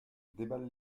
déballe